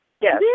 Yes